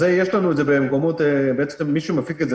מי שמפיק את זה